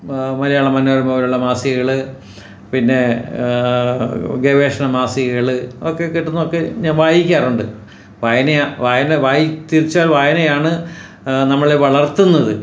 മലയാള മനോരമ പോലുള്ള മാസികകൾ പിന്നെ ഗവേഷണ മാസികകൾ ഒക്കെ കിട്ടുന്നതൊക്കെ ഞാന് വായിക്കാറുണ്ട് വായനയാണ് വായന തിര്ച്ചയായും വായനയാണ് നമ്മളെ വളര്ത്തുന്നത്